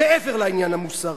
מעבר לעניין המוסרי.